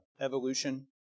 evolution